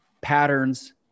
patterns